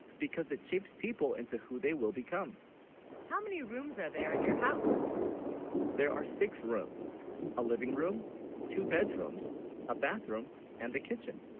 because it shapes people into, who they will become how. many rooms are there in your house there are six rooms a living room two bedrooms a bathroom and the kitchen